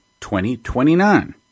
2029